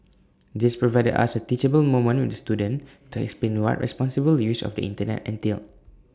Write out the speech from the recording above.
this provided us A teachable moment with the student to explain what responsible use of the Internet entailed